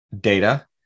data